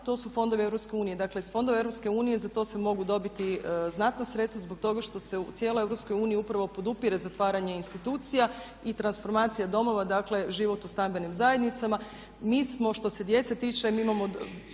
to su fondovi EU. Dakle, iz fondova EU za to se mogu dobiti znatna sredstva zbog toga što se u cijeloj EU upravo podupire zatvaranje institucija i transformacija domova. Dakle, život u stambenim zajednicama. Mi smo, što se djece tiče, mi imamo